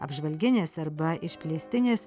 apžvalginės arba išplėstinės